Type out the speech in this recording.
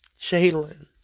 Jalen